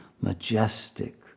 majestic